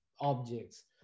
objects